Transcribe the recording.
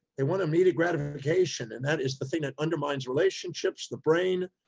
they want immediate gratification. and that is the thing that undermines relationships, the brain,